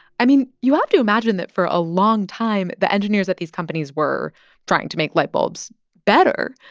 i mean, you have to imagine that for a long time, the engineers at these companies were trying to make light bulbs better.